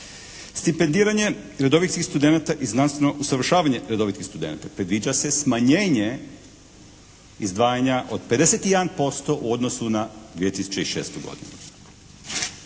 Stipendiranje redovitih studenata i znanstveno usavršavanje redovitih studenata predviđa se smanjenje izdvajanja od 51% u odnosu na 2006. godinu.